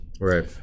Right